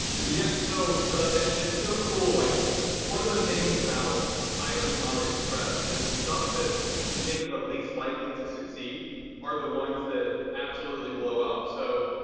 yeah, so it's so cool. like one of the things about the items in aliexpress is the stuff that you think are the least likely to succeed are the ones that absolutely blow up. so